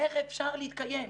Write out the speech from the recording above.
איך אפשר להתקיים?